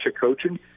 coaching